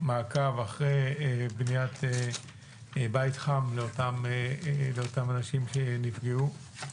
במעקב אחר בניית בית חם לאותם אנשים שנפגעו.